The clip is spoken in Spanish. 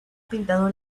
pintado